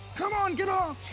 come on, get off!